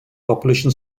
population